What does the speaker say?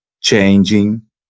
changing